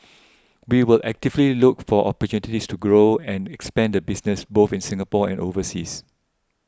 we will actively look for opportunities to grow and expand the business both in Singapore and overseas